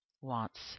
wants